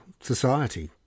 society